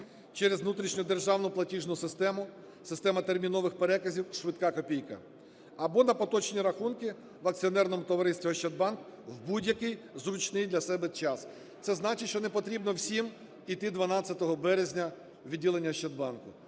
через внутрішню державну платіжну систему – система термінових переказів "Швидка копійка"; або на поточні рахунки в акціонерному товаристві "Ощадбанк" в будь-який зручний для себе час. Це значить, що не потрібно всім іти 12 березня у відділення "Ощадбанку".